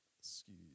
Excuse